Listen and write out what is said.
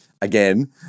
again